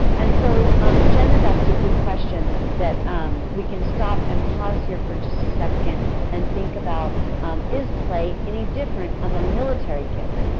and so um jen has asked a good question that um we can stop and pause here for just a second and think about is play any different among military kids?